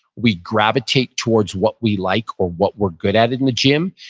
we gravitate towards what we like, or what we're good at in the gym,